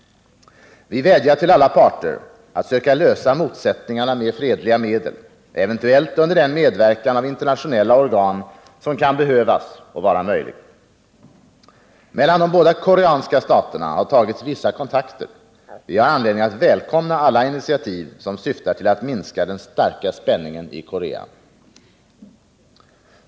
Vi vädjar till alla parteratt söka lösa motsättningarna med fredliga medel, eventuellt under den medverkan av internationella organ som kan behövas och vara möjlig. Mellan de båda koreanska staterna har tagits vissa kontakter. Vi har anledning att välkomna alla initiativ som syftar till att minska den starka spänningen i Korea.